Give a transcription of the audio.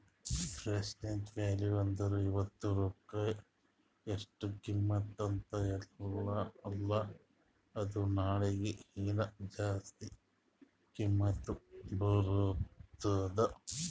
present value ಅಂದುರ್ ಇವತ್ತ ರೊಕ್ಕಾ ಎಸ್ಟ್ ಕಿಮತ್ತ ಅದ ಅಲ್ಲಾ ಅದು ನಾಳಿಗ ಹೀನಾ ಜಾಸ್ತಿ ಕಿಮ್ಮತ್ ಬರ್ತುದ್